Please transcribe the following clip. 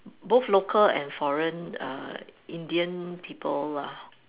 both local and foreign err Indian people lah